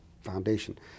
Foundation